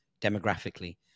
demographically